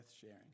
sharing